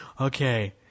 okay